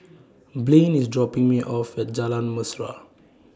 Blane IS dropping Me off At Jalan Mesra